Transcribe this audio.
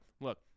look